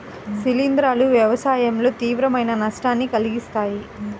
శిలీంధ్రాలు వ్యవసాయంలో తీవ్రమైన నష్టాన్ని కలిగిస్తాయి